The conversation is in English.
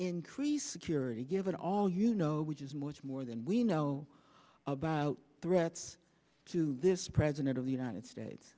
increase security given all you know which is much more than we know about threats to this president of the united states